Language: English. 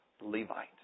Levite